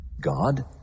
God